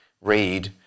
read